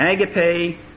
Agape